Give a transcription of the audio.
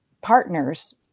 partners